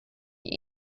die